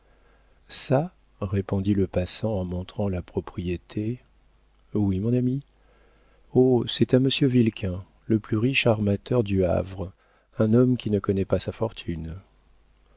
çà répondit le passant en montrant la propriété oui mon ami oh c'est à monsieur vilquin le plus riche armateur du havre un homme qui ne connaît pas sa fortune